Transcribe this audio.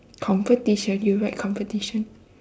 competition you write competition